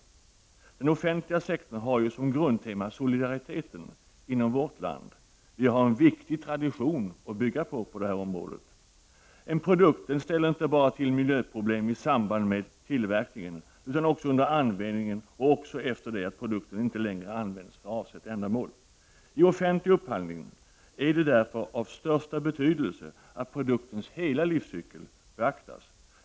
Den offentliga sektorn har ju som grundtema solidariteten inom vårt land. Vi har på det området en viktig tradition att bygga på. En produkt ställer inte till miljöproblem bara i samband med tillverkningen utan också under användningen liksom efter det att den inte längre används för avsett ändamål. I offentlig upphandling är det därför av största betydelse att produktens hela livscykel beaktas.